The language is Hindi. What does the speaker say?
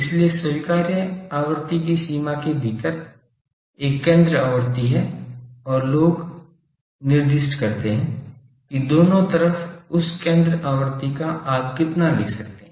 इसलिए स्वीकार्य आवृत्ति की सीमा के भीतर एक केंद्र आवृत्ति है और लोग निर्दिष्ट करते हैं कि दोनों तरफ उस केंद्र आवृत्ति का आप कितना ले सकते हैं